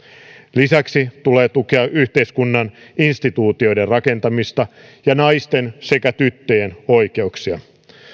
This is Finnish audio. lisäksi tulee tukea yhteiskunnan instituutioiden rakentamista ja naisten sekä tyttöjen oikeuksia